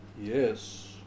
yes